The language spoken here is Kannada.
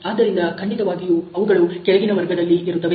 ಆದ್ದರಿಂದ ಖಂಡಿತವಾಗಿಯೂ ಅವುಗಳು ಕೆಳಗಿನ ವರ್ಗದಲ್ಲಿ ಇರುತ್ತವೆ